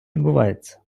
відбувається